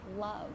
love